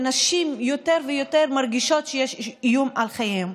ונשים יותר ויותר מרגישות שיש איום על חייהן.